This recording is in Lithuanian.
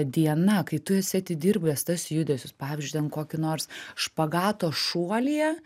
diena kai tu esi atidirbęs tuos judesius pavyzdžiui ten kokį nors špagato šuolyje